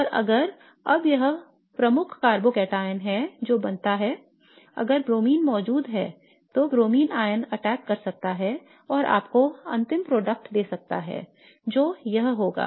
और अगर अब यह प्रमुख कार्बोकैटायन है जो बनता है अगर Br मौजूद हैतो Br अटैक कर सकता है और आपको अंतिम उत्पाद दे सकता है जो यह होगा